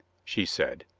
she said.